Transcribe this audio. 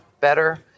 better